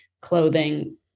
clothing